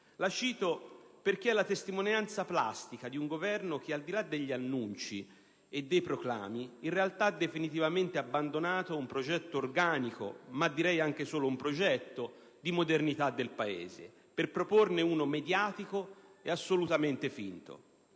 La cito perché è la testimonianza plastica di un Governo che, al di là degli annunci e dei proclami, in realtà ha definitivamente abbandonato un progetto organico, ma direi anche solo un progetto, di modernità del Paese, per proporne uno mediatico e assolutamente finto.